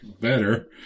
better